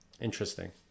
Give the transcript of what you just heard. interesting